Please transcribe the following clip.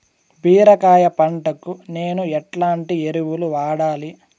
బీరకాయ పంటకు నేను ఎట్లాంటి ఎరువులు వాడాలి?